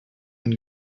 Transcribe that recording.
been